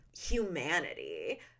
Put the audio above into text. humanity